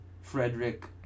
Frederick